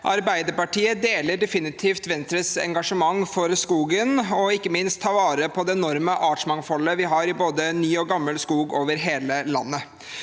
Arbeiderpartiet deler definitivt Venstres engasjement for skogen og ikke minst for å ta vare på det enorme artsmangfoldet vi har i både ny og gammel skog over hele landet.